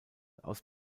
aus